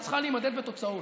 את צריכה להימדד בתוצאות.